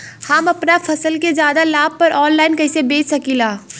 हम अपना फसल के ज्यादा लाभ पर ऑनलाइन कइसे बेच सकीला?